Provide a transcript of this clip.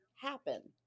happen